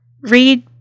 read